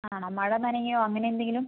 ആണോ മഴ നനയുകയോ അങ്ങനെ എന്തെങ്കിലും